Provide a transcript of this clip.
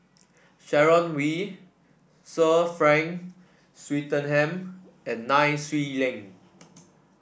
Sharon Wee Sir Frank Swettenham and Nai Swee Leng